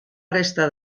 resta